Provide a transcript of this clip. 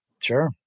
Sure